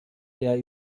der